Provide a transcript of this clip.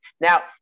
Now